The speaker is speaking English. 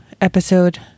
episode